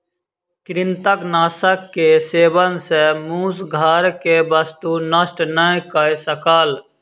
कृंतकनाशक के सेवन सॅ मूस घर के वस्तु नष्ट नै कय सकल